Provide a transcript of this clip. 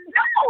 no